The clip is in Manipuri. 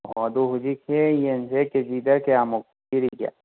ꯑꯣ ꯑꯗꯣ ꯍꯧꯖꯤꯛꯁꯦ ꯌꯦꯟꯁꯦ ꯀꯦꯖꯤꯗ ꯀꯌꯥꯃꯨꯛ ꯄꯤꯔꯤꯒꯦ